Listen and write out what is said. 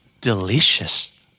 Delicious